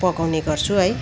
पकाउने गर्छु है